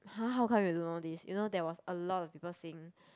!huh! how come you don't know this you know there was a lot of people saying